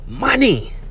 money